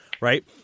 right